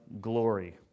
glory